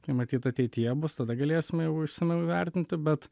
tai matyt ateityje bus tada galėsime jau išsamiau įvertinti bet